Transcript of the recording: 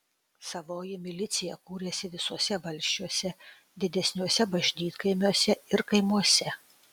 savoji milicija kūrėsi visuose valsčiuose didesniuose bažnytkaimiuose ir kaimuose